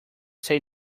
say